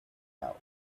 now